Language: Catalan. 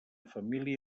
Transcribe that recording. família